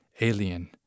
alien